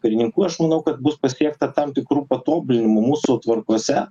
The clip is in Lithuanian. karininkų aš manau kad bus pasiekta tam tikrų patobulinimų mūsų tvarkose